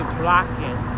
blocking